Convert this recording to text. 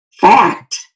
fact